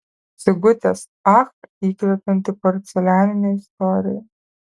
sigutės ach įkvepianti porcelianinė istorija